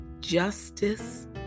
Justice